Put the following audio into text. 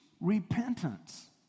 repentance